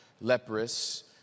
leprous